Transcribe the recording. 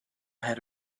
had